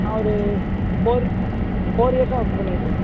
நான் ஒரு ஃபோர் இ ஃபோர் இயர்ஸாக ஒர்க் பண்ணிகிட்டு இருக்கேன்